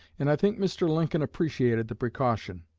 and i think mr. lincoln appreciated the precaution.